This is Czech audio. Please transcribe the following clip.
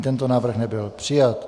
Ani tento návrh nebyl přijat.